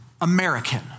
American